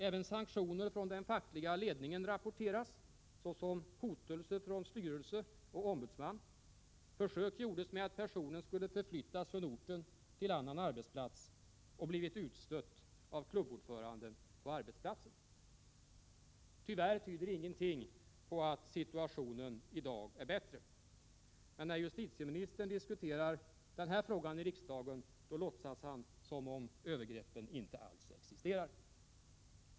Även sanktioner från den fackliga ledningen rapporteras, såsom ”hotelser från styrelser och Tyvärr tyder ingenting på att situationen i dag är bättre. Men när justitieministern diskuterar denna fråga i riksdagen låtsas han som om övergreppen inte alls existerar.